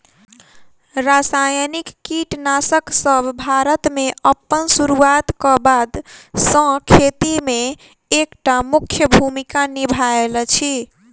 रासायनिक कीटनासकसब भारत मे अप्पन सुरुआत क बाद सँ खेती मे एक टा मुख्य भूमिका निभायल अछि